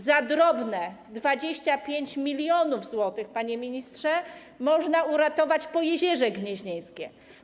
Za drobne 25 mln zł, panie ministrze, można uratować Pojezierze Gnieźnieńskie.